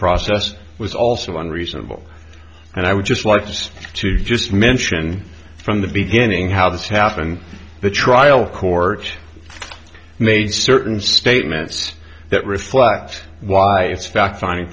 process was also one reasonable and i would just like just to just mentioned from the beginning how this happened the trial court made certain statements that reflect why it's fact finding